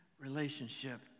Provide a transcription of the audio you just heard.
relationship